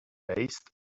based